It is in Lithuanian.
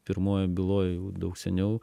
pirmoj byloj jau daug seniau